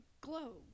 glow